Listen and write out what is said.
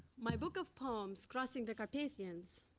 my book of poems, crossing the carpathians,